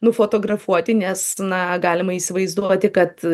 nufotografuoti nes na galima įsivaizduoti kad